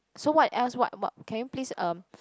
so what else what what can you please um